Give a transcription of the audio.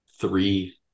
three